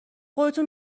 خودتون